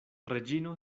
reĝino